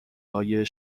های